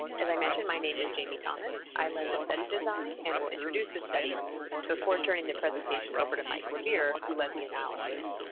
as i mentioned my name is jaime thomas. i led the study design and will introduce the study before turning the presentation over to mike levere, who led the analyses.